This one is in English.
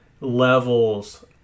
levels